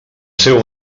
seu